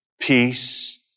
peace